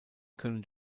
können